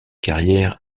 carrière